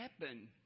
happen